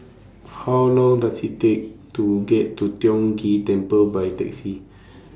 How Long Does IT Take to get to Tiong Ghee Temple By Taxi